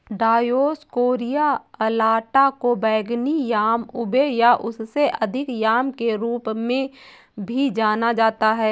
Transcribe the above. Dioscorea alata को बैंगनी yam ube या उससे अधिक याम के रूप में भी जाना जाता है